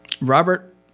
Robert